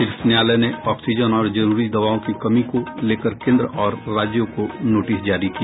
शीर्ष न्यायालय ने ऑक्सीजन और जरूरी दवाओं की कमी को लेकर केन्द्र और राज्यों को नोटिस जारी किया